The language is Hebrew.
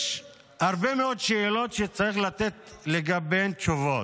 יש הרבה מאוד שאלות שצריך לתת עליהן תשובות.